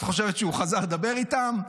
את חושבת שהוא חזר לדבר איתם?